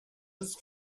ist